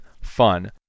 fun